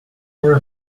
for